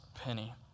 penny